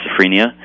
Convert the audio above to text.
schizophrenia